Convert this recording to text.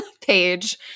page